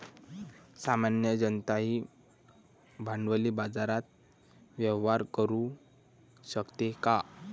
सामान्य जनताही भांडवली बाजारात व्यवहार करू शकते का?